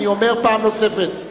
אני אומר פעם נוספת,